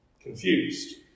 confused